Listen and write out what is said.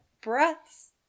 breaths